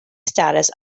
status